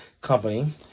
company